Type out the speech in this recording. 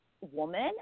woman